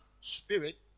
spirit